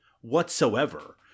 whatsoever